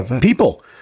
people